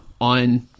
on